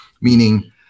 Meaning